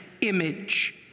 image